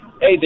Hey